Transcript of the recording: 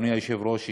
אדוני היושב-ראש,